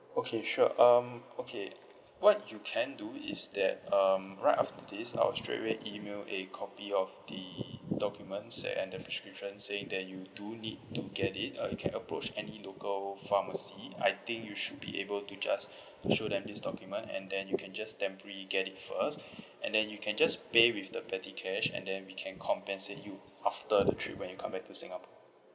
okay sure um okay what you can do is that um right after this I will straightaway email a copy of the documents and the prescription saying that you do need to get it uh you can approach any local pharmacy I think you should be able to just show them this document and then you can just temporarily get it first and then you can just pay with the petty cash and then we can compensate you after the trip when you come back to singapore